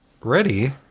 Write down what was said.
ready